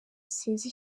sinzi